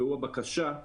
והוא הבקשה: